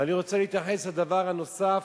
ואני רוצה להתייחס לדבר נוסף,